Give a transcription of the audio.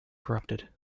corrupted